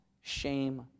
shame